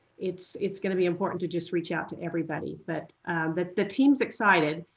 it's it's going to be important to just reach out to everybody. but the the team is excited.